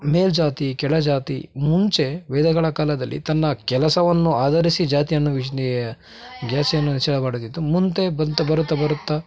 ಮೇಲುಜಾತಿ ಕೆಳಜಾತಿ ಮುಂಚೆ ವೇದಗಳ ಕಾಲದಲ್ಲಿ ತನ್ನ ಕೆಲಸವನ್ನು ಆಧರಿಸಿ ಜಾತಿಯನ್ನು ವಿಶ್ಲೇ ಜಾತಿಯನ್ನು ನಿಶ್ಚಯ ಮಾಡೋದಿತ್ತು ಮುಂತೆ ಬಂತ ಬರುತ್ತಾ ಬರುತ್ತಾ